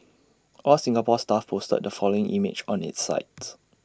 All Singapore Stuff posted the following image on its site